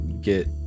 get